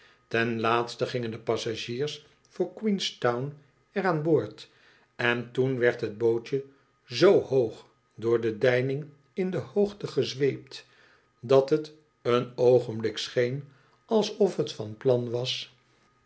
ten laatste gingen de passagiers voor queenstown er aan boord en toen werd het bootje z hoog door de deining in de hoogte gezweept dat het een oogenblik scheen alsof het van plan was